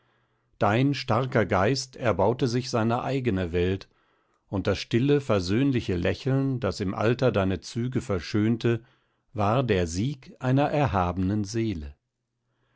dein starker geist erbaute sich seine eigene welt und das stille versöhnliche lächeln das im alter deine züge verschönte war der sieg einer erhabenen seele